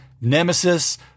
Nemesis